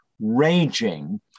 raging